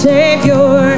Savior